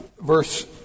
verse